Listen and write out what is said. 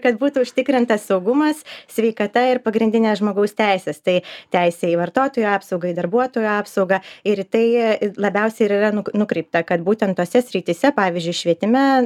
kad būtų užtikrintas saugumas sveikata ir pagrindinės žmogaus teises tai teisė į vartotojų apsaugą į darbuotojų apsaugą ir tai labiausiai ir yra nukreipta kad būtent tose srityse pavyzdžiui švietime